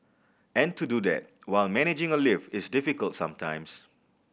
and to do that while managing a lift is difficult sometimes